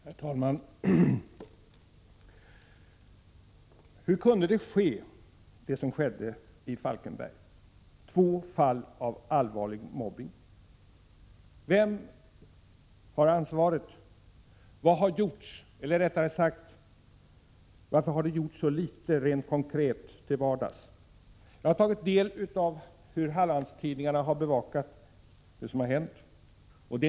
Herr talman! Hur kunde det ske som skedde i Falkenberg — två fall av allvarlig mobbning? Vem har ansvaret? Varför har det gjorts så litet rent konkret, till vardags? Jag har sett efter hur Hallandstidningarna har bevakat det som hänt.